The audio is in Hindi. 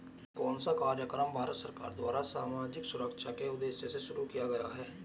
कौन सा कार्यक्रम भारत सरकार द्वारा सामाजिक सुरक्षा के उद्देश्य से शुरू किया गया है?